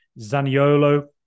Zaniolo